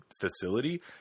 facility